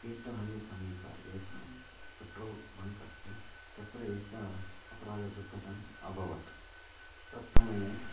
तीर्तहल्लि समीपे एका petrol bunk अस्ति तत्र एकं अपराधदुर्घटना अभवत् तत्समये